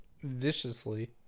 viciously